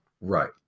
Right